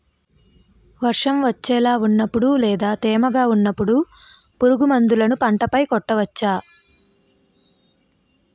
వర్షం వచ్చేలా వున్నపుడు లేదా తేమగా వున్నపుడు పురుగు మందులను పంట పై కొట్టవచ్చ?